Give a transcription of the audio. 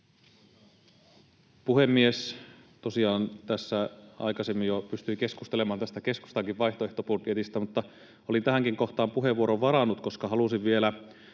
Puhemies! Tosiaan tässä aikaisemmin jo pystyi keskustelemaan tästä keskustakin vaihtoehtobudjetista, mutta olin tähänkin kohtaan puheenvuoron varannut, koska halusin vielä